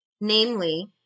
namely